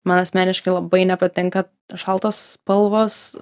man asmeniškai labai nepatinka šaltos spalvos